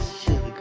Sugar